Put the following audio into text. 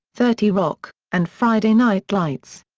thirty rock, and friday night lights.